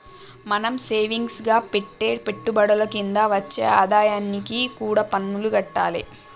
మనం సేవింగ్స్ గా పెట్టే పెట్టుబడుల కింద వచ్చే ఆదాయానికి కూడా పన్నులు గట్టాలే